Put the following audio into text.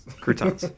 croutons